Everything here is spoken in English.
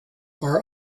are